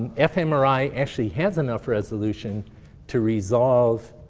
fmri actually has enough resolution to resolve